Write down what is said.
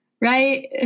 right